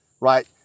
right